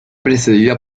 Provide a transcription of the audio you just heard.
precedida